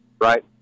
right